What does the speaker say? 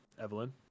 Evelyn